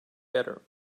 better